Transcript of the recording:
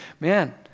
man